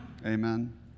Amen